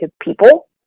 people